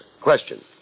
Question